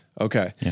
Okay